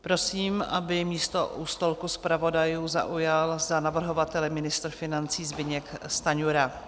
Prosím, aby místo u stolku zpravodajů zaujal za navrhovatele ministr financí Zbyněk Stanjura.